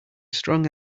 strong